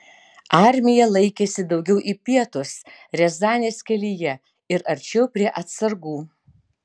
armija laikėsi daugiau į pietus riazanės kelyje ir arčiau prie atsargų